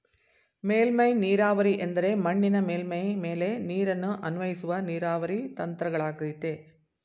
ಮೇಲ್ಮೈ ನೀರಾವರಿ ಎಂದರೆ ಮಣ್ಣಿನ ಮೇಲ್ಮೈ ಮೇಲೆ ನೀರನ್ನು ಅನ್ವಯಿಸುವ ನೀರಾವರಿ ತಂತ್ರಗಳಗಯ್ತೆ